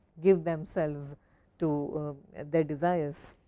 give themselves to their desires?